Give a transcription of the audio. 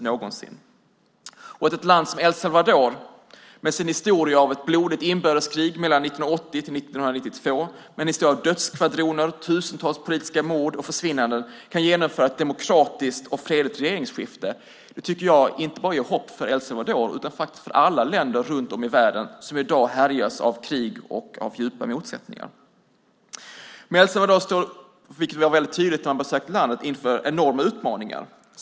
Att ett land som El Salvador med sin historia av ett blodigt inbördeskrig mellan 1980 och 1992 med dödsskvadroner, tusentals politiska mord och försvinnanden kan genomföra ett demokratiskt och fredligt regeringsskifte tycker jag inte bara ger hopp för El Salvador utan för alla länder runt om i världen som i dag härjas av krig och djupa motsättningar. Men El Salvador står inför enorma utmaningar, vilket är tydligt när man har besökt landet.